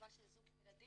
כיוון שזה זוג עם ילדים,